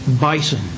bison